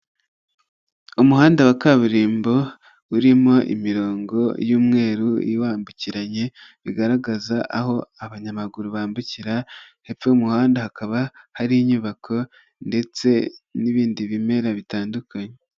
Umuhanda wa kaburimbo urimo imirongo y'umweru iwambukiranya bigaragaza aho abanyamaguru bambukira, hepfo y'umuhanda hakaba hari inyubako ndetse n'ibindi bimera bitandukanye.